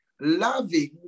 loving